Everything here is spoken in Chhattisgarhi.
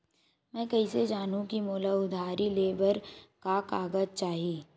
मैं कइसे जानहुँ कि मोला उधारी ले बर का का कागज चाही?